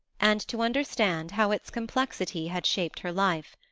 and to understand how its complexity had shaped her life.